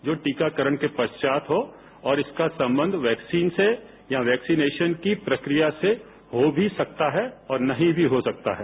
जो टीकाकरण के पश्चात हो और इसका संबंध वैक्सीन से या वैक्सीनेशन की प्रक्रिया से हो भी सकता है और नहीं भी हो सकता है